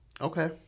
Okay